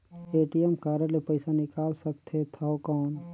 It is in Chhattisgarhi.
ए.टी.एम कारड ले पइसा निकाल सकथे थव कौन?